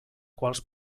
quals